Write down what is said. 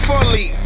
Fully